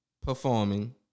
performing